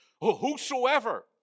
Whosoever